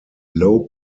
low